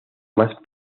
más